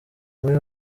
muri